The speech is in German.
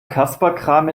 kasperkram